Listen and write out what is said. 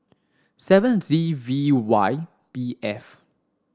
seven Z V Y B F